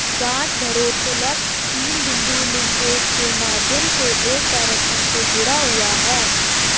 गांठ भारोत्तोलक तीन बिंदु लिंकेज के माध्यम से एक ट्रैक्टर से जुड़ा हुआ है